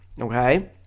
okay